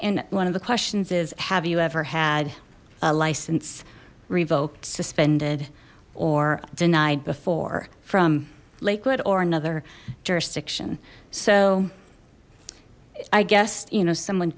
and one of the questions is have you ever had a license revoked suspended or denied before from lakewood or another jurisdiction so i guess you know someone